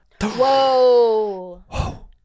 Whoa